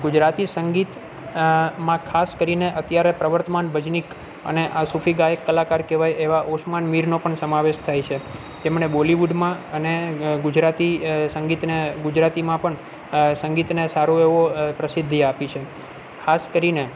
ગુજરાતી સંગીત માં ખાસ કરીને અત્યારે પ્રવર્તમાન ભજનીક અને આ સૂફી ગાયક કલાકાર કહેવાય એવા ઉસ્માન મીરનો પણ સમાવેશ થાય છે જેમણે બોલિવૂડમાં અને ગુજરાતી સંગીતને ગુજરાતીમાં પણ સંગીતને સારો એવો પ્રસિદ્ધિ આપી છે ખાસ કરીને